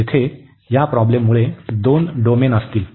येथे या प्रॉब्लेममुळे दोन डोमेन असतील